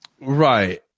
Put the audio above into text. right